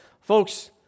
Folks